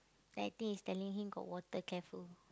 then I think he's telling him got water careful